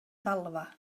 ddalfa